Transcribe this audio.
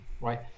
right